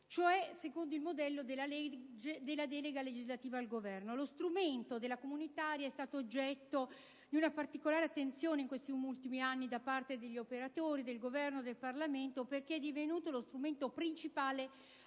cioè secondo il modello della delega legislativa al Governo. Lo strumento della legge comunitaria è stato oggetto di una particolare attenzione in questi ultimi anni da parte degli operatori, del Governo e del Parlamento, perché è divenuto lo strumento principale